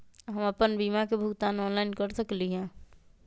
हम अपन बीमा के भुगतान ऑनलाइन कर सकली ह?